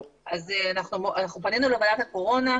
אנחנו פנינו לוועדת הקורונה,